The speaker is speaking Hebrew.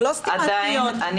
זה לא סתם --- זה לא שני צדדים.